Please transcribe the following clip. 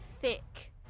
thick